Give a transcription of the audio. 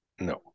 No